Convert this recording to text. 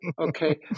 Okay